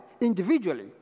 individually